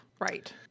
right